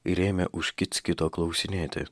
ir ėmė už kits kito klausinėti